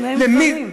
כששניהם גברים.